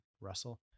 Russell